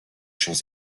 champs